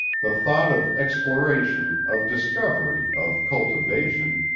the thought of exploration, of discovery, of cultivation,